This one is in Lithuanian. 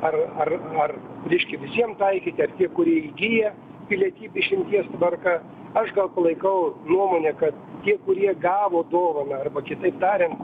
ar ar ar reiškia visiem taikyti ar kurie įgyja pilietybę išimties tvarka aš gal palaikau nuomonę kad tie kurie gavo dovaną arba kitaip tariant